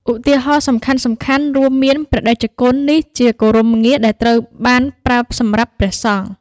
ឧទាហរណ៍សំខាន់ៗរួមមាន ព្រះតេជគុណ នេះជាគោរមងារដែលត្រូវបានប្រើសម្រាប់ព្រះសង្ឃ។